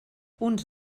uns